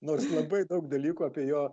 nors labai daug dalykų apie jo